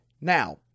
Now